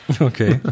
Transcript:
Okay